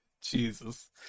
Jesus